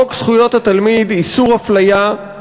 חוק זכויות התלמיד (איסור הפליה),